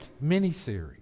mini-series